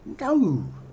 No